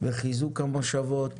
וחיזוק המושבות